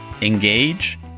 engage